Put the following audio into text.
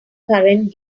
current